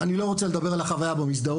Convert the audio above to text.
אני לא רוצה לדבר על החוויה במסדרון,